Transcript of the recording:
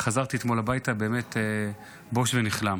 חזרתי אתמול הביתה באמת בוש ונכלם.